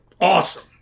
awesome